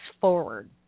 forward